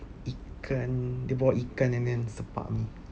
ikan dia bawa ikan and then sepak me